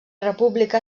república